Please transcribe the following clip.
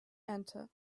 enter